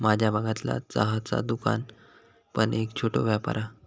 माझ्या भागतला चहाचा दुकान पण एक छोटो व्यापार हा